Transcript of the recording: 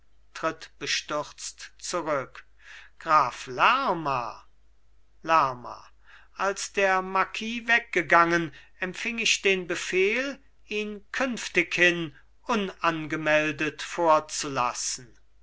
bestürzt zurück graf lerma lerma als der marquis weggegangen empfing ich den befehl ihn künftighin unangemeldet vorzulassen